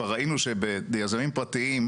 כבר ראינו שיזמים פרטיים,